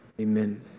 Amen